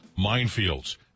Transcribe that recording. minefields